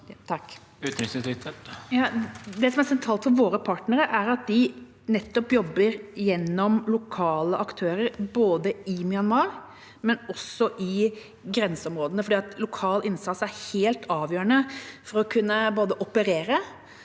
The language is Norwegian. Det som er sentralt for våre partnere, er at de jobber gjennom lokale aktører både i Myanmar og i grenseområdene, for lokal innsats er helt avgjørende for å kunne både operere